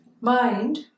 mind